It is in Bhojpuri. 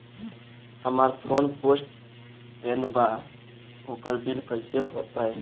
हमार फोन पोस्ट पेंड़ बा ओकर बिल कईसे भर पाएम?